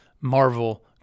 Marvel